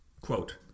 Quote